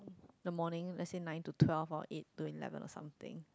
the morning let's say nine to twelve or eight to eleven or something